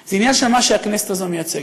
היושב-ראש, זה עניין של מה שהכנסת הזאת מייצגת.